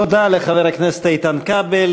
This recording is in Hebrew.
תודה לחבר הכנסת איתן כבל.